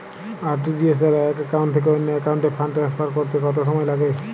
RTGS দ্বারা এক account থেকে অন্য একাউন্টে ফান্ড ট্রান্সফার করতে কত সময় লাগে?